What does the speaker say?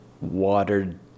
watered